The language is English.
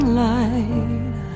light